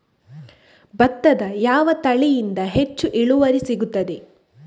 ಭತ್ತದ ಯಾವ ತಳಿಯಿಂದ ಹೆಚ್ಚು ಇಳುವರಿ ಸಿಗುತ್ತದೆ?